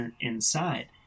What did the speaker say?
inside